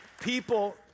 people